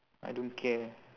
I don't care